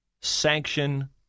sanction